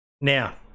Now